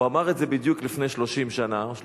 הוא אמר את זה בדיוק לפני 31 שנה.